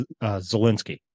Zelensky